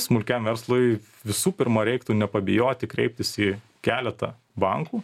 smulkiam verslui visų pirma reiktų nepabijoti kreiptis į keletą bankų